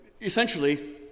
essentially